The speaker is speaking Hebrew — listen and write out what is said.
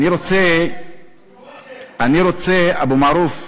אני רוצה, אבו מערוף,